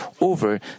over